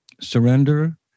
surrender